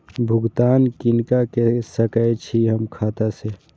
भुगतान किनका के सकै छी हम खाता से?